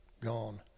gone